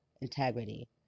integrity